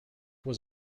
was